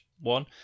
one